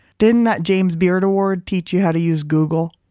didn't that james beard award teach you how to use google?